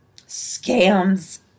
Scams